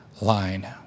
line